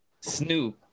Snoop